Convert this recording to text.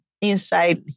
inside